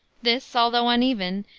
this, although uneven,